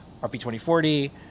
RP2040